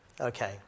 Okay